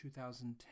2010